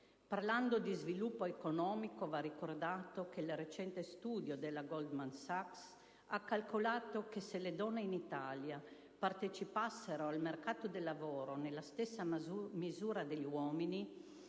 Parlando di sviluppo economico, va ricordato che il recente studio della Goldman Sachs ha calcolato che, se in Italia le donne partecipassero al mercato del lavoro nella stessa misura degli uomini,